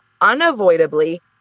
unavoidably